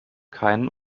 keinen